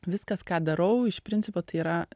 viskas ką darau iš principo tai yra